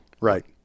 Right